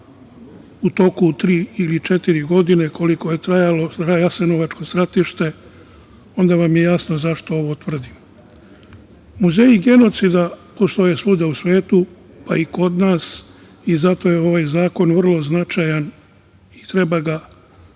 u toku tri ili četiri godine, koliko je trajalo Jasenovačko stratište, onda vam je jasno zašto ovo tvrdim. Muzeji genocida postoje svuda u svetu, pa i kod nas, i zato je ovaj zakon vrlo značajan i treba ga prihvatiti